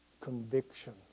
Conviction